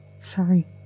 Sorry